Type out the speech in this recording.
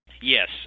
Yes